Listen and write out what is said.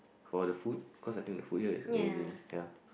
for the food cause I think the food here is amazing ya